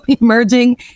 emerging